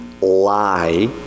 lie